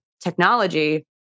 technology